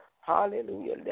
Hallelujah